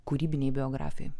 kūrybinėj biografijoj